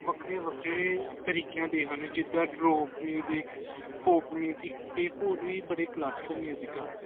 ਵੱਖਰੇ ਵੱਖਰੇ ਤਰੀਕਿਆਂ ਦੇ ਹਨ ਜਿੱਦਾਂ ਡਰੋਕ ਮਿਊਜਿਕ ਪੋਪ ਮਿਊਜਿਕ ਅਤੇ ਹੋਰ ਵੀ ਬੜੇ ਕਲਾਸਿਕਲ ਮਿਊਜਿਕ ਹਨ